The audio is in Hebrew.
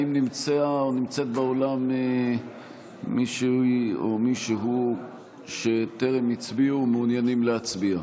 האם נמצאת או נמצא באולם מישהי או מישהו שטרם הצביעו ומעוניינים להצביע?